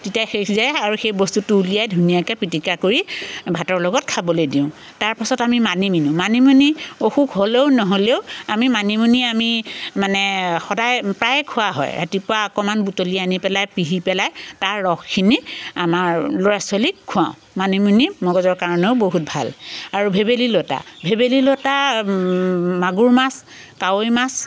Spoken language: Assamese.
যেতিয়া সিজি যায় আৰু সেই বস্তুটো উলিয়াই ধুনীয়াকৈ পিটিকা কৰি ভাতৰ লগত খাবলৈ দিওঁ তাৰপাছত আমি মানিমুনি মানিমুনি অসুখ হ'লেও নহ'লেও আমি মানিমুনি আমি মানে সদায়ে প্ৰায়ে খোৱা হয় ৰাতিপুৱা অকণমান বুটলি আনি পেলাই পিহি পেলাই তাৰ ৰসখিনি আমাৰ ল'ৰা ছোৱালীক খোৱাওঁ মানিমুনি মগজৰ কাৰণেও বহুত ভাল আৰু ভেবেলী লতা ভেবেলী লতা মাগুৰ মাছ কাৱৈ মাছ